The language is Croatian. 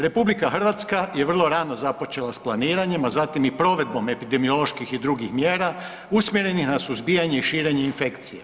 RH je vrlo rano započela s planiranjem, a zatim i provedbom epidemioloških i drugih mjera usmjerenih na suzbijanje i širenje infekcije.